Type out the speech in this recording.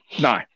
No